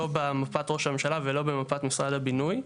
לא במפת ראש הממשלה ולא במפת משרד הבינוי.